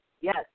yes